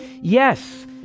yes